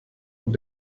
und